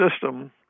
system